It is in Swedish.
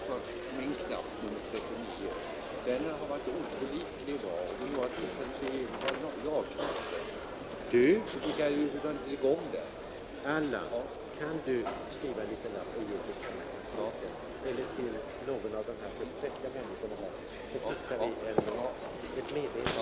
Jag får meddela att anslag nu har satts upp om att detta sammanträde skall fortsätta efter kl. 19.00.